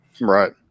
Right